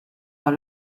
dans